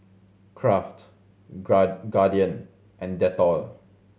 Kraft Guardian and Dettol